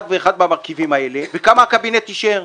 ואחד מהמרכיבים האלה וכמה הקבינט אישר.